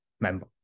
member